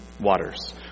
waters